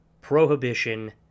Prohibition